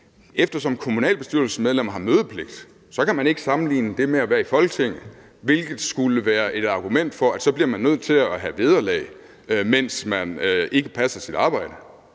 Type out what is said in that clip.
eftersom kommunalbestyrelsesmedlemmer har mødepligt, kan man ikke sammenligne det med at være i Folketinget, hvilket skulle være et argument for, at man så bliver nødt til at have vederlag, mens man ikke passer sit arbejde.